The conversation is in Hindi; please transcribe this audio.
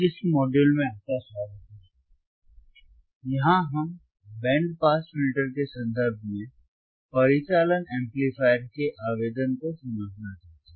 इस मॉड्यूल में आपका स्वागत है यहां हम बैंड पास फिल्टर के संदर्भ में परिचालक एंपलीफायर के आवेदन को समझना चाहते हैं